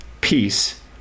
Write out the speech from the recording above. peace